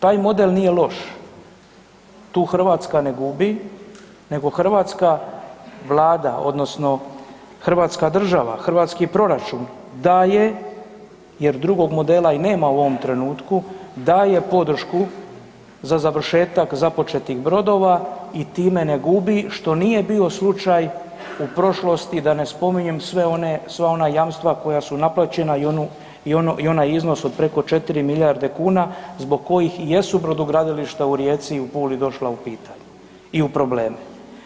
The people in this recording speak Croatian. Taj model nije loš, tu Hrvatska ne gubi nego hrvatska Vlada odnosno hrvatska država, hrvatski proračun daje jer drugog modela i nema u ovom trenutku, daje podršku za završetak započetih brodova i time ne gubi, što nije bio slučaj u prošlosti da ne spominjem sva ona jamstva koja su naplaćena i onaj iznos od preko 4 milijarde kuna zbog kojih i jesu brodogradilišta u Rijeci i u Puli došla u pitanje i u probleme.